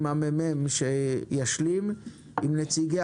הממ"מ ישלים, עם נציגי